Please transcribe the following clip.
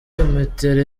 metero